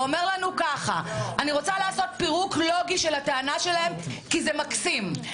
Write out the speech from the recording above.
ואומר לנו ככה - אני רוצה לעשות פירוק לוגי של הטענה שלהם כי זה מקסים.